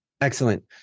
Excellent